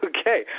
Okay